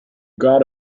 god